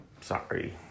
Sorry